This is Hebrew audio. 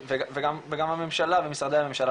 וגם הממשלה ומשרדי הממשלה,